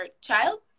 child